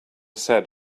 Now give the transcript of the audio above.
said